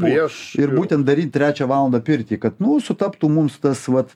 prieš ir būtent daryt trečią valandą pirtį kad nu sutaptų mums tas vat